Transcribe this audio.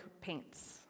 paints